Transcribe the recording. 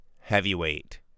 heavyweight